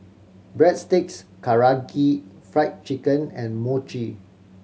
Breadsticks Karaage Fried Chicken and Mochi